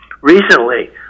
Recently